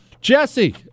Jesse